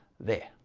there